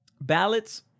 ballots